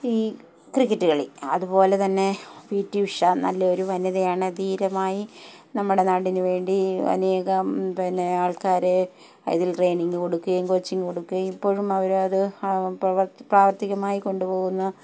ഈ ക്രിക്കറ്റ് കളി അതുപോലെ തന്നെ പി ടി ഉഷ നല്ലൊരു വനിതയാണ് ധീരമായി നമ്മുടെ നാടിന് വേണ്ടി അനേകം പിന്നെ ആൾക്കാർ ഇതിൽ ട്രെയിനിങ് കൊടുക്കുകയും കോച്ചിങ് കൊടുക്കുകയും ഇപ്പോഴും അവർ അത് പ്രവർത്തനം പ്രാവർത്തികമായി കൊണ്ടുപോകുന്ന